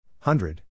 Hundred